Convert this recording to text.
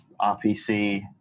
rpc